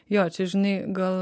jo čia žinai gal